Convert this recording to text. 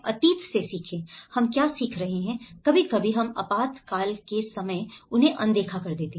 अतीत से सीखें हम क्या सीख रहे हैं कभी कभी हम आपातकाल के समय उन्हें अनदेखा कर देते हैं